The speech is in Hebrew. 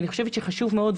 אני חושבת שחשוב מאוד,